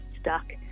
stuck